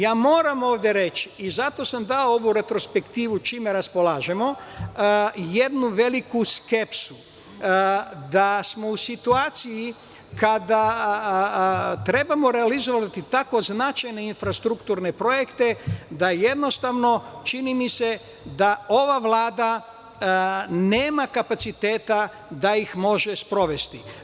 Ja moram ovde reći i zato sam dao ovu retrospektivu čime raspolažemo, jednu veliku skepsu da smo u situaciji kada trebamo realizovati tako značajne infrastrukturne projekte da jednostavno, čini mi se da ova Vlada nema kapaciteta da ih može sprovesti.